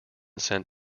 sent